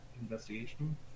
investigation